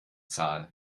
zahl